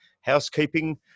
housekeeping